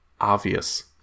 obvious